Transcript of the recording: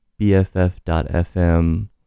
bff.fm